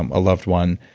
um a loved one.